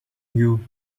you